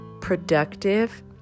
productive